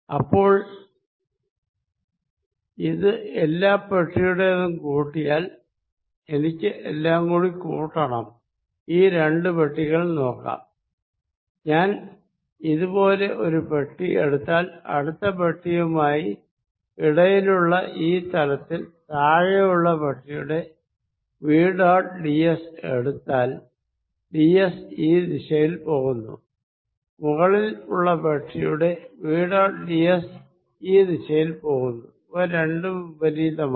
അപ്പോൾ ഇത് എല്ലാ ബോക്സിന്റെതും കൂട്ടിയാൽ എനിക്ക് എല്ലാം കൂടി കൂട്ടണം ഈ രണ്ടു പെട്ടികൾ നോക്കാം ഞാൻ ഇത് പോലെ ഒരു പെട്ടി എടുത്താൽ അടുത്ത പെട്ടിയുമായി ഇടയിലുള്ള ഈ തലത്തിൽ താഴെ ഉള്ള ബോക്സിന്റെ വി ഡോട്ട് ഡിഎസ് എടുത്താൽ ഡി എസ് ഈ ദിശയിൽ പോകുന്നു മുകളിൽ ഉള്ള ബോക്സിന്റെ വി ഡോട്ട് ഡി എസ് ഈ ദിശയിൽ പോകുന്നു ഇവ രണ്ടും വിപരീതമാണ്